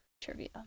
trivia